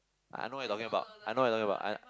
I know I'm talking about I know I'm talking about I